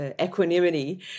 equanimity